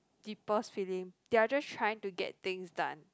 people's feeling they are just trying to get things done